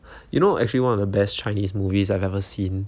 you know actually one of the best chinese movies I've ever seen